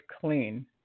clean